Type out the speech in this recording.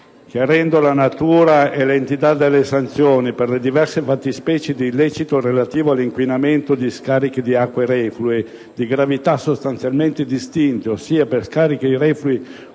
chiarendo la natura e l'entità delle sanzioni per le diverse fattispecie di illecito relativo all'inquinamento da scarichi di acque reflue, di gravità sostanzialmente distinte: per scarichi reflui contenenti